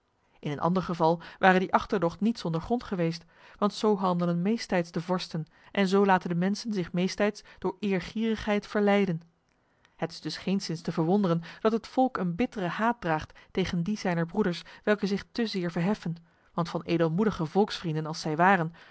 in een ander geval ware die achterdocht niet zonder grond geweest want zo handelen meesttijds de vorsten en zo laten de mensen zich meesttijds door eergierigheid verleiden het is dus geenszins te verwonderen dat het volk een bittere haat draagt tegen die zijner broeders welke zich te zeer verheffen want van edelmoedige volksvrienden als zij waren